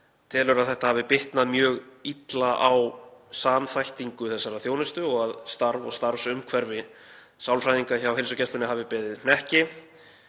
telur að þetta hafi bitnað mjög illa á samþættingu þessarar þjónustu og að starf og starfsumhverfi sálfræðinga hjá heilsugæslunni hafi beðið hnekki,